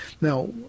Now